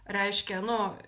reiškia nu